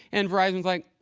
and verizon is like,